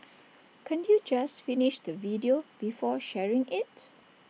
can't you just finish the video before sharing IT